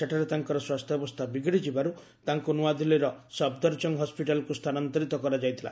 ସେଠାରେ ତାଙ୍କର ସ୍ପାସ୍ଥ୍ୟାବସ୍ଥା ବିଗିଡ଼ି ଯିବାରୁ ତାଙ୍କୁ ନ୍ତ୍ରାଦିଲ୍ଲୀର ସଫଦରଜଙ୍ଗ ହସ୍ପିଟାଲକୁ ସ୍ଥାନାନ୍ତରିତ କରାଯାଇଥିଲା